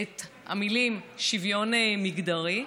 את המילים "שוויון מגדרי"